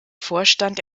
vorstand